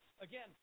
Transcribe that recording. again